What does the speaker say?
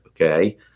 Okay